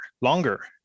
longer